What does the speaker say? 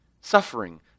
suffering